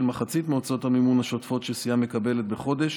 מחצית מהוצאות המימון השוטפות שסיעה מקבלת בחודש